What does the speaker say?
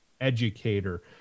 educator